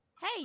Hey